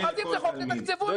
אז אם זה החוק תתקצבו את זה,